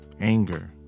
Anger